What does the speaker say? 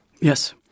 Yes